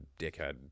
dickhead